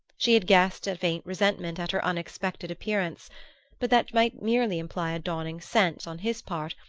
she had guessed a faint resentment at her unexpected appearance but that might merely imply a dawning sense, on his part,